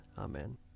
Amen